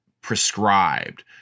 prescribed